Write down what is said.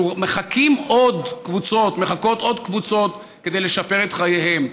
מחכות עוד קבוצות לשפר את חייהן,